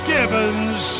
Gibbons